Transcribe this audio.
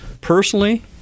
personally